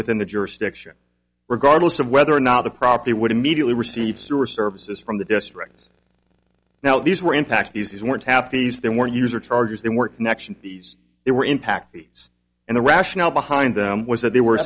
within the jurisdiction regardless of whether or not the property would immediately receive sewer services from the districts now these were in fact these were tap fees they weren't user charges they were connection these they were impact fees and the rationale behind them was that they were